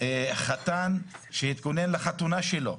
חתן שהתכונן לחתונה שלו,